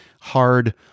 hard